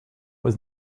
was